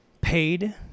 paid